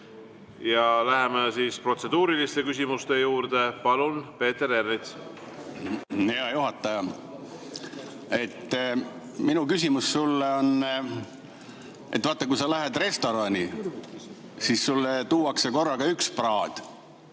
Läheme protseduuriliste küsimuste juurde. Palun, Peeter Ernits! Hea juhataja! Minu küsimus sulle on see. Vaata, kui sa lähed restorani, siis sulle tuuakse korraga üks praad,